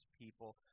people